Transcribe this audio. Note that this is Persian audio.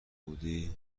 بودی